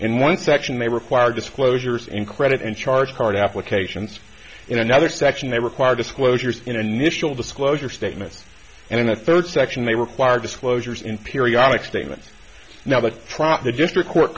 in one section may require disclosures in credit and charge card applications in another section they require disclosures initial disclosure statements and in the third section may require disclosures in periodic statements now but the district court